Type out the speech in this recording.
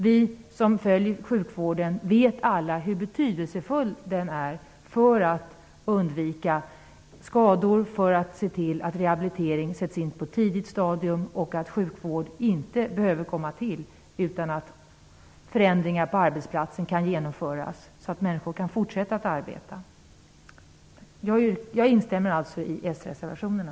Vi som följer sjukvården vet alla hur betydelsefull företagshälsovården är, för att undvika skador, för att se till att rehabilitering sätts in på ett tidigt stadium och sjukvård inte behöver komma till. I stället kan man genomföra förändringar på arbetsplatser, så att människor kan fortsätta att arbeta. Jag instämmer alltså i s-reservationerna.